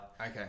Okay